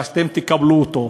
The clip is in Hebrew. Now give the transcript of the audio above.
ואתם תקבלו אותו.